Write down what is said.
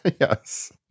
Yes